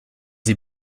sie